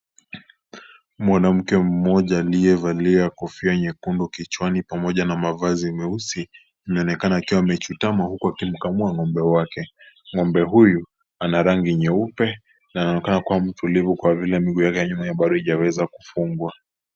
Mwanamke mmoja aliyevalia kofia nyekundu kichwani pamoja na mavazi meusi anaonekana akiwa amechutama huku akimkamua ngombe wake, ngombe huyu ana rangi nyeupe na anaonekana kuwa mtulivu kwa vile miguu yake ya nyuma imeweza kufungwa.